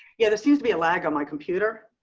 yeah. this seems to be a lag on my computer.